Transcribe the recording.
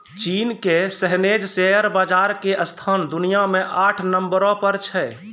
चीन के Shenzhen share बाजार के स्थान दुनिया मे आठ नम्बरो पर छै